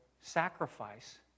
sacrifice